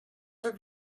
have